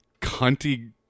cunty